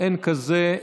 אין כזה.